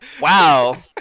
Wow